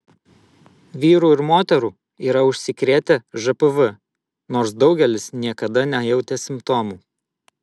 vyrų ir moterų yra užsikrėtę žpv nors daugelis niekada nejautė simptomų